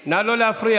רם בן ברק הוא אח